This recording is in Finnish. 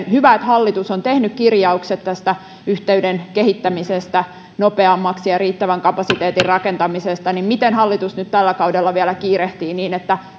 hyvä että hallitus on tehnyt kirjaukset tästä yhteyden kehittämisestä nopeammaksi ja riittävän kapasiteetin rakentamisesta kysyisin miten hallitus nyt tällä kaudella vielä kiirehtii tätä niin että